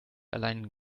allein